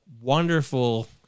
wonderful